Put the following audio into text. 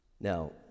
Now